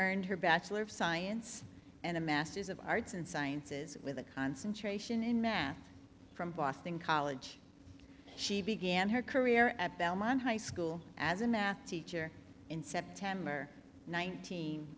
earned her bachelor of science and the masses of arts and sciences with a concentration in math from boston college she began her career at belmont high school as a math teacher in september nineteen